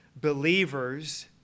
believers